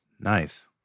nice